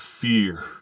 fear